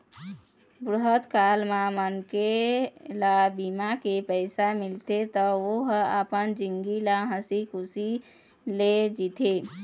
बुढ़त काल म मनखे ल बीमा के पइसा मिलथे त ओ ह अपन जिनगी ल हंसी खुसी ले जीथे